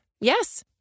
Yes